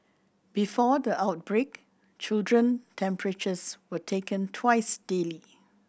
before the outbreak children temperatures were taken twice daily